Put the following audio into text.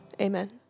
Amen